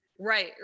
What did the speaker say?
Right